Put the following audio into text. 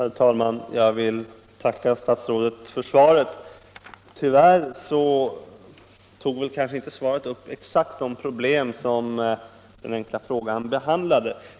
Herr talman! Jag vill tacka statsrådet för svaret. Tyvärr tog detta inte upp exakt det problem som frågan omfattade.